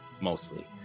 mostly